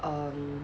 um